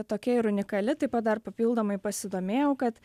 tokia ir unikali taip pat dar papildomai pasidomėjau kad